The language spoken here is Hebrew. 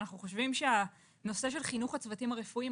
אנחנו חושבים שהנושא של חינוך הצוותים הרפואיים,